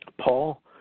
Paul